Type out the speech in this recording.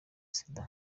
sida